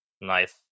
Nice